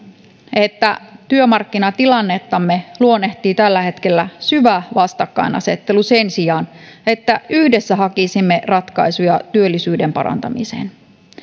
että työmarkkinatilannettamme luonnehtii tällä hetkellä syvä vastakkainasettelu sen sijaan että yhdessä hakisimme ratkaisuja työllisyyden parantamiseen